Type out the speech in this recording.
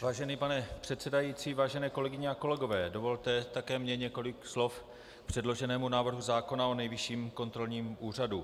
Vážený pane předsedající, vážené kolegyně a kolegové, dovolte také mně několik slov k předloženému návrhu zákona o Nejvyšším kontrolním úřadu.